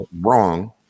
wrong